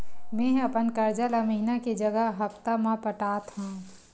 मेंहा अपन कर्जा ला महीना के जगह हप्ता मा पटात हव